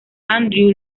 andrew